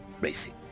racing